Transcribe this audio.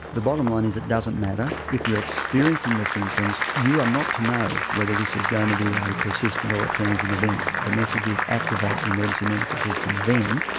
the bottom line is it doesn't matter, if you are experiencing the symptoms you are not to know whether this is going to be a persistent or a transient event. the message is activate the emergency medical system then,